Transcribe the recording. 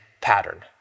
pattern